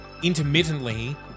intermittently